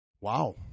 wow